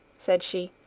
said she.